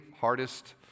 hardest